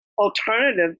alternative